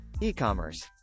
e-commerce